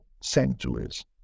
centuries